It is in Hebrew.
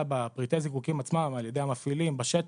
בפריטי הזיקוקין עצמם על ידי המפעילים בשטח,